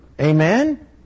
Amen